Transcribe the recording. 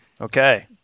Okay